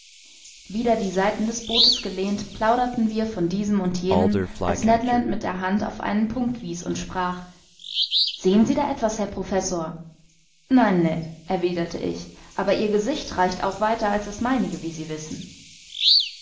wider die seiten des bootes gelehnt plauderten wir von diesem und jenem als ned land mit der hand auf einen punkt wies und sprach sehen sie da etwas herr professor nein ned erwiderte ich aber ihr gesicht reicht auch weiter als das meinige wie sie wissen